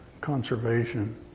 conservation